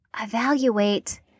evaluate